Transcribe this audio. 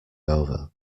over